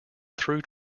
through